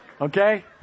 Okay